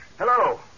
Hello